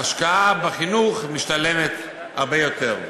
ההשקעה בחינוך משתלמת הרבה יותר,